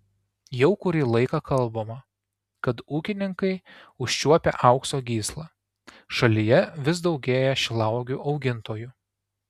jau kurį laiką kalbama kad ūkininkai užčiuopę aukso gyslą šalyje vis daugėja šilauogių augintojų